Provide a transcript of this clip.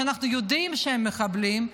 שאנחנו יודעים שהם מחבלים,